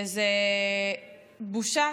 וזה בושה